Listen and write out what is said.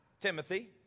Timothy